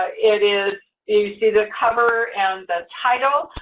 ah it is, do you see the cover and the title?